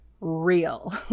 real